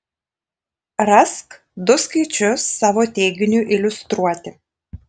rask du skaičius savo teiginiui iliustruoti